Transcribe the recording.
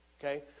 Okay